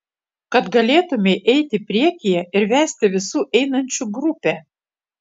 kad galėtumei eiti priekyje ir vesti visų einančių grupę